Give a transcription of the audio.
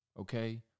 okay